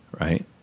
right